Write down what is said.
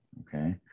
Okay